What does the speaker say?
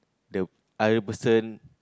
the other person